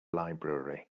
library